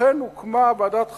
אכן הוקמה ועדת חריגים.